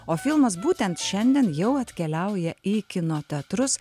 o filmas būtent šiandien jau atkeliauja į kino teatrus